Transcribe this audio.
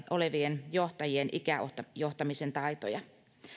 olevien johtajien ikäjohtamisen taitoja